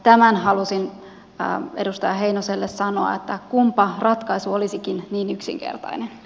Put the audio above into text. tämän halusin edustaja heinoselle sanoa että kunpa ratkaisu olisikin niin yksinkertainen